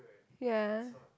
ya